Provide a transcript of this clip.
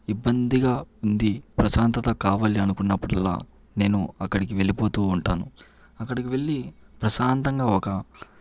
ఇబ్బందిగా ఉంది ప్రశాంతత కావాలి అనుకున్నప్పుడల్లా నేను అక్కడికి వెళ్ళిపోతూ ఉంటాను అక్కడికి వెళ్ళి ప్రశాంతంగా ఒక